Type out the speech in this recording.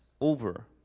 over